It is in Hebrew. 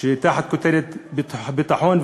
תחת הכותרת "ביטחון",